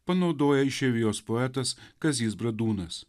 panaudoja išeivijos poetas kazys bradūnas